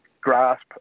grasp